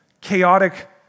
chaotic